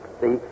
see